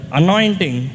anointing